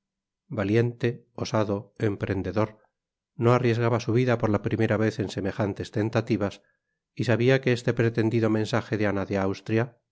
valiente osado emprendedor no arriesgaba su vida por la primera vez en semejantes tentativas y sabia que este pretendido mensaje de ana de austria